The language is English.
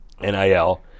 NIL